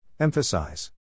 Emphasize